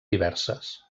diverses